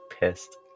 pissed